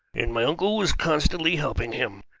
and my uncle was constantly helping him.